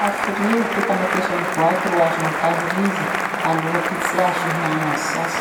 Hafiria ty tamatesy amy boaty ro azonao tahiriza aloha ty tsy azo hihinana azy sasy?